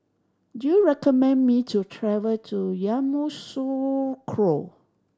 do you recommend me to travel to Yamoussoukro